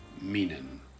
meaning